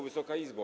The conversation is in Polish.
Wysoka Izbo!